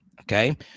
Okay